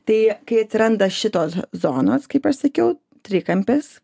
tai kai atsiranda šitos zonos kaip aš sakiau trikampis